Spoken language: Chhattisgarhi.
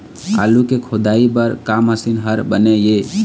आलू के खोदाई बर का मशीन हर बने ये?